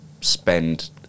spend